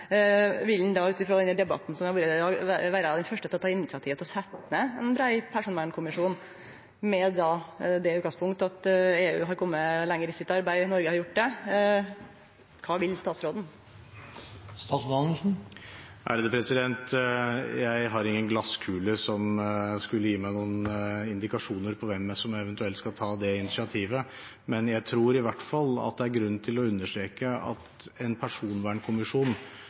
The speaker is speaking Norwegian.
vil han då ut frå debatten som har vore her i dag, vere den første til å ta initiativ til å setje ned ein brei personvernkommisjon med det utgangspunktet at EU har kome lenger i sitt arbeid enn Noreg har gjort? Kva vil statsråden? Jeg har ingen glasskule som kan gi meg indikasjoner på hvem som eventuelt skal ta det initiativet, men jeg tror i hvert fall det er grunn til å understreke at en personvernkommisjon,